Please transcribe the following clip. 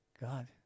God